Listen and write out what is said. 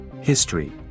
History